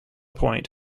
point